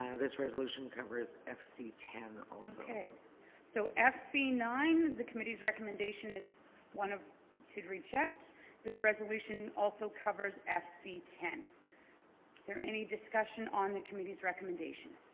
ah this resolution covers fc ten okay so fc nine the committee's recommendation is one of to reject this resolution also covers fc ten is there any discussion on the committee's recommendation